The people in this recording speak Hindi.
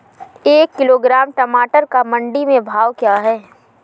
एक किलोग्राम टमाटर का मंडी में भाव क्या है?